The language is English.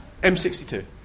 M62